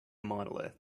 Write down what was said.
monolith